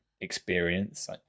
experience